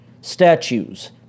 Statues